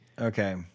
Okay